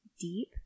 deep